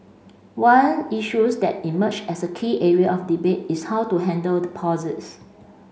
one issues that's emerged as a key area of debate is how to handle deposits